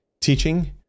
teaching